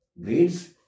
Grades